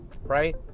Right